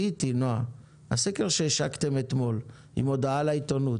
הסקר שהשקתם אתמול עם הודעה לעיתונות,